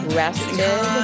rested